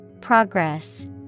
Progress